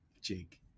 jake